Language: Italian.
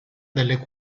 delle